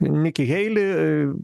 niki heili i